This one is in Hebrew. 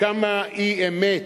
כמה אי-אמת